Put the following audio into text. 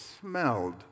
smelled